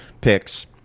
picks